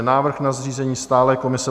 Návrh na zřízení stálé komise